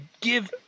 give